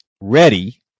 ready